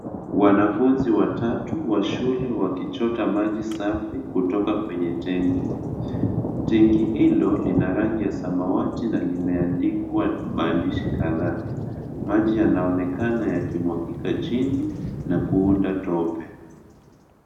Wanafunzi watatu wa shule wakichota maji safi kutoka kwenye tenki, tenki hilo lina rangi ya samawati na limeandikwa maandishi kadhaa, maji yanaonekana yakimwagika chini na kuunda tope.